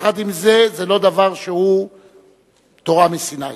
יחד עם זה, זה לא דבר שהוא תורה מסיני.